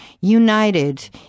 united